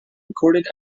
recorded